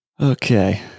Okay